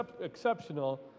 exceptional